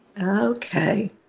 Okay